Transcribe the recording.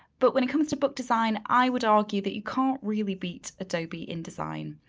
but when it comes to book design, i would argue that you can't really beat adobe in design.